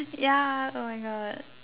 ya oh my God